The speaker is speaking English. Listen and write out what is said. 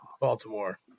Baltimore